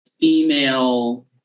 female